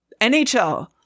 nhl